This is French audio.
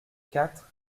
quatre